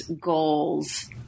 goals